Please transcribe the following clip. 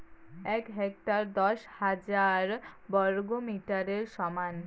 এক হেক্টর দশ হাজার বর্গমিটারের সমান